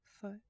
foot